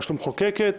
ברשות המחוקקת.